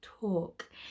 talk